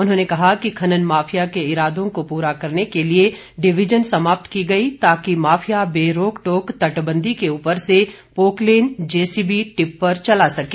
उन्होंने कहा कि खनन माफिया के इरादों को पूरा करने के लिए डिविजन समाप्त की गई ताकि माफिया बेरोक टोक तटबंदी के ऊपर से पोकलेन जेसीबी टिप्पर चला सकें